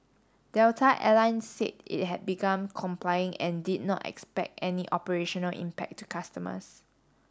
Delta Air Lines said it had begun complying and did not expect any operational impact to customers